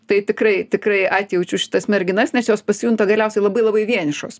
tai tikrai tikrai atjaučiu šitas merginas nes jos pasijunta galiausiai labai labai vienišos